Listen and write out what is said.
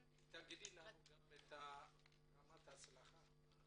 תגידי לנו מה רמת ההצלחה.